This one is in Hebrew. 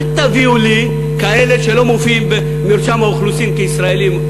אל תביאו לי כאלה שלא מופיעים במרשם האוכלוסין כישראלים.